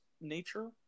nature